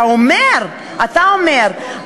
אני יושב בקואליציה?